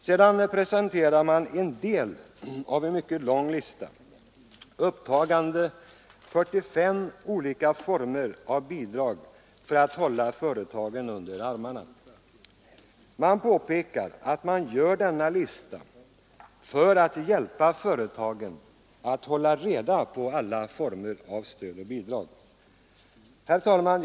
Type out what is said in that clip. Sedan presenterar man en del av en mycket lång lista, upptagande 45 olika former av bidrag för att hålla företagen under armarna. Man påpekar att man gör denna lista för att hjälpa företagen att hålla reda på alla former av stöd och bidrag. Herr talman!